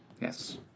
Yes